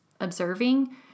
observing